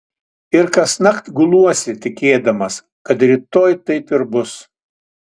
ir kasnakt guluosi tikėdamas kad rytoj taip ir bus